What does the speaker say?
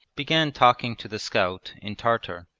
began talking to the scout in tartar.